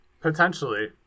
Potentially